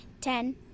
Ten